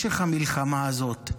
משך המלחמה הזאת,